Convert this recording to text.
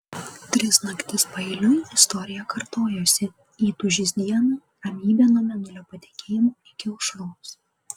tris naktis paeiliui istorija kartojosi įtūžis dieną ramybė nuo mėnulio patekėjimo iki aušros